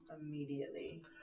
immediately